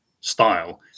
style